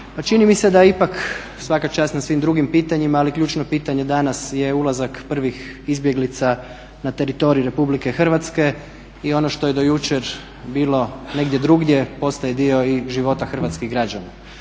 čini mi se da ipak, svaka čast na svim drugim pitanjima, ali ključno pitanje danas je ulazak prvih izbjeglica na teritorij Republike Hrvatske i ono što je do jučer bilo negdje drugdje postaje dio života hrvatskih građana.